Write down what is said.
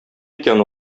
икән